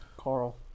Carl